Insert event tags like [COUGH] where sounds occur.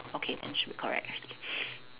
okay then should be correct [NOISE]